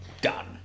Done